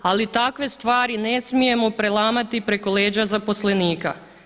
Ali takve stvari ne smijemo prelamati preko leđa zaposlenika.